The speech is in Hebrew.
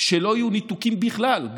שלא יהיו ניתוקים בכלל,